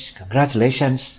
Congratulations